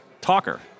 talker